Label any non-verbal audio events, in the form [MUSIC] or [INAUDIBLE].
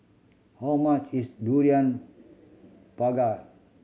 how much is durian [UNINTELLIGIBLE]